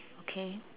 okay